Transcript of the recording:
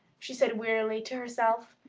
she said wearily to herself.